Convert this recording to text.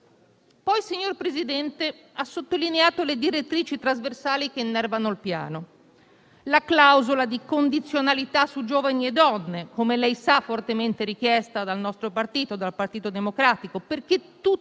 Signor Presidente, lei ha sottolineato le direttrici trasversali che innervano il Piano: la clausola di condizionalità su giovani e donne, come lei sa fortemente richiesta dal Partito Democratico, affinché tutte